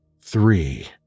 Three